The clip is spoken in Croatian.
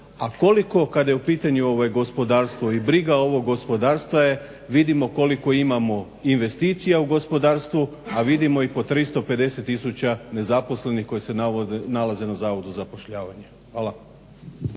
A koliko kada je u pitanju gospodarstvo i briga ovog gospodarstva je vidimo koliko imamo investicija u gospodarstvu, a vidimo i po 350 tisuća nezaposlenih koji se nalaze na Zavodu za zapošljavanje. Hvala.